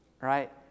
right